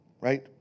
right